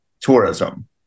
tourism